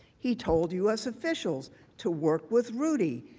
he told u s. officials to work with rudy.